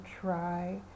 try